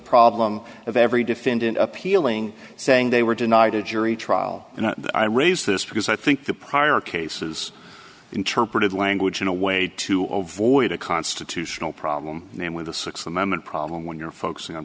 problem of every defendant appealing saying they were denied a jury trial and i raised this because i think the prior cases interpreted language in a way to avoid a constitutional problem namely the sixth amendment problem when you're focusing on